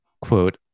quote